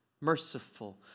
merciful